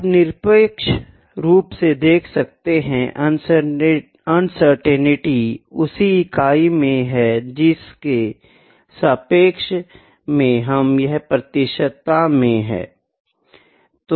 आप निरपेक्ष रूप से देख सकते हैं अनसर्टेनिटी उसी इकाई में है जिसके सापेक्ष में यह प्रतिशतता में है